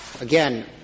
again